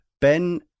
Ben